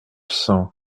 cent